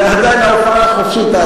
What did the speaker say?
זה עדיין ההופעה החופשית.